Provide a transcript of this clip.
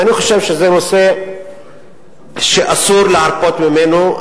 אני חושב שזה נושא שאסור להרפות ממנו.